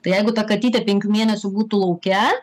tai jeigu ta katytė penkių mėnesių būtų lauke